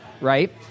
right